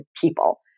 people